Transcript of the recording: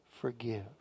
forgive